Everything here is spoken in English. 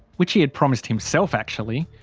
which he had promised himself actually,